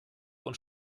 und